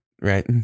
Right